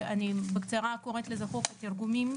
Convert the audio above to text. אני בקצרה קוראת לזה חוק תרגומים,